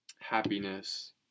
happiness